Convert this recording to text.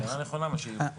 זו הערה נכונה מה שהעירו פה.